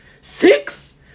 Six